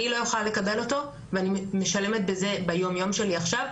אני לא אוכל לקבל אותו ואני משלמת בזה ביום-יום שלי עכשיו,